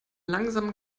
langsamen